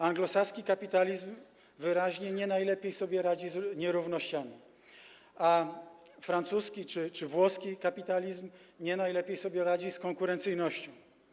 Anglosaski kapitalizm wyraźnie nie najlepiej sobie radzi z nierównościami, a francuski czy włoski kapitalizm nie najlepiej sobie radzi z konkurencyjnością.